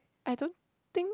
I don't think